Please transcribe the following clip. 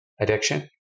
addiction